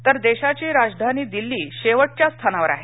तर देशाची राजधानी दिल्ली शेवटच्या स्थानावर आहे